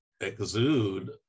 exude